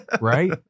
right